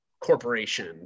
corporation